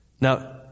Now